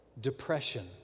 depression